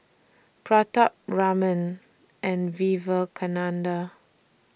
Pratap Raman and Vivekananda